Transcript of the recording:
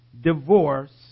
divorce